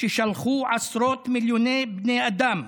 ששלחו עשרות מיליוני בני אדם,